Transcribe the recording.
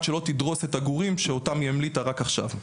שלא תדרוס את הגורים שאותם היא המליטה רק עכשיו.